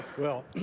well,